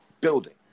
building